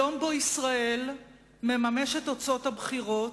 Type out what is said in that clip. היום שבו ישראל מממשת את תוצאות הבחירות,